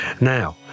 Now